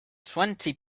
twenty